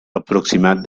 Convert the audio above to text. aproximat